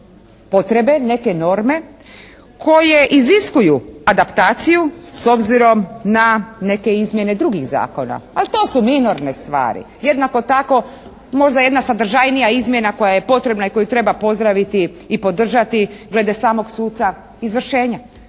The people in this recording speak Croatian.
potrebe, neke norme koje iziskuju adaptaciju s obzirom na neke izmjene drugih zakona, ali to su minorne stvari. Jednako tako možda jedna sadržajnija izmjena koja je potrebna i koju treba pozdraviti i podržati glede samog suca, izvršenje.